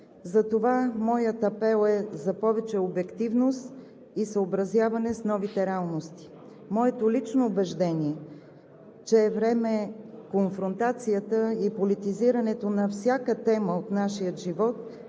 Затова моят апел е за повече обективност и съобразяване с новите реалности. Моето лично убеждение е, че е време конфронтацията и политизирането на всяка тема от нашия живот